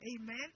Amen